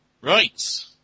Right